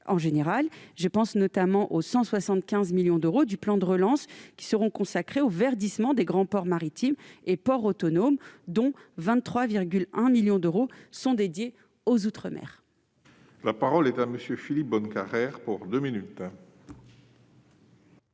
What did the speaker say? en général. Je pense notamment aux 175 millions d'euros du plan de relance qui seront consacrés au verdissement des grands ports maritimes et des ports autonomes, dont 23,1 millions d'euros sont dédiés aux outre-mer. La parole est à M. Philippe Bonnecarrère, auteur